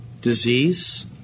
Disease